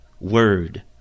word